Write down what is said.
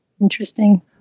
interesting